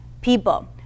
people